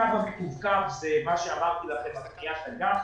הקו המקווקו הוא מה שאמרתי לכם על קניית אג"ח